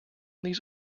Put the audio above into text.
these